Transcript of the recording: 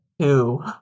Two